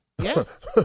Yes